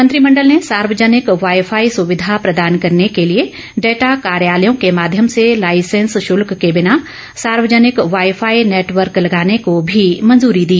मंत्रिमंडल ने सार्वजनिक वाई फाई सुविधा प्रदान करने के लिए डेटा कार्यालयों के माध्यम से लाइसेंस शुल्क के बिना सार्वजनिक वाई फाई नेटवर्क लगाने को भी मंजूरी दी